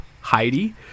heidi